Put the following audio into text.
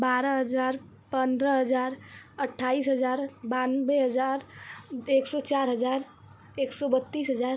बारह हजार पंद्रह हजार अट्ठाइस हजार बानबे हजार एक सौ चार हजार एक सौ बत्तीस हजार